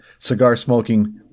cigar-smoking